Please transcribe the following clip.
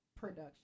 production